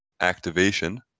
activation